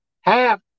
half